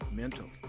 mental